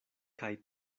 kaj